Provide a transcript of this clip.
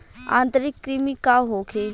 आंतरिक कृमि का होखे?